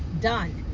done